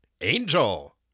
Angel